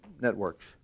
networks